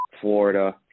Florida